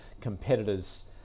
Competitors